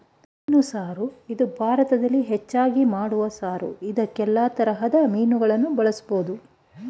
ಮೀನು ಸಾರು ಇದು ಭಾರತದಲ್ಲಿ ಹೆಚ್ಚಾಗಿ ಮಾಡೋ ಸಾರು ಇದ್ಕೇ ಯಲ್ಲಾ ತರದ್ ಮೀನುಗಳನ್ನ ಬಳುಸ್ಬೋದು